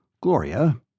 Gloria